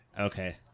okay